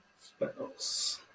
Spells